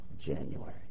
January